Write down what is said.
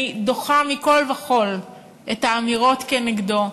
אני דוחה מכול וכול את האמירות כנגדו,